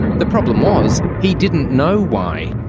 the problem was he didn't know why.